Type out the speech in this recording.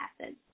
acids